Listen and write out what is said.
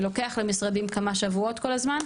לוקח למשרדים כמה שבועות כל הזמן.